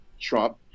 Trump